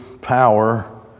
power